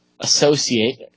associate